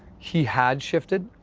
he had shifted,